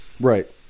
Right